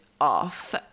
off